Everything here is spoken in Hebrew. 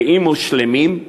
בריאים ושלמים,